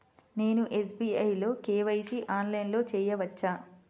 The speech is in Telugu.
నేను ఎస్.బీ.ఐ లో కే.వై.సి ఆన్లైన్లో చేయవచ్చా?